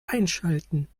einschalten